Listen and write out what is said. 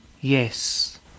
yes